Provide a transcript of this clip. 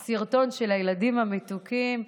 קיבלתי סרטון של הילדים המתוקים.